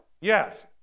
Yes